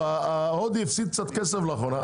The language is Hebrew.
ההודי הפסיד קצת כסף לאחרונה.